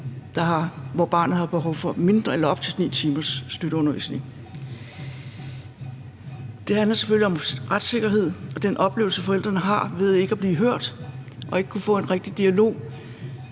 også godt kan bruge Klagenævnet for Specialundervisning. Det handler selvfølgelig om retssikkerhed og om den oplevelse, som forældrene har ved ikke at blive hørt og ikke kunne få en rigtig dialog.